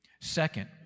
Second